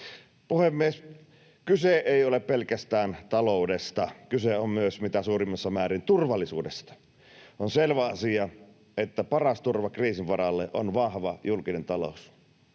Puhemies! Kyse ei ole pelkästään taloudesta. Kyse on myös mitä suurimmassa määrin turvallisuudesta. On selvä asia, että paras turva kriisin varalle on vahva julkinen talous.